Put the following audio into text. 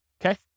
Okay